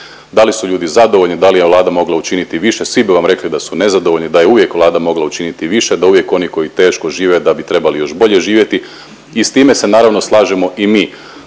da li su ljudi zadovoljni, da li je Vlada mogla učiniti više svi bi vam rekli da su nezadovoljni, da je uvijek Vlada mogla učiniti više, da uvijek oni koji teško žive da bi trebali još bolje živjeti i s time se naravno slažemo i mi.